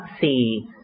see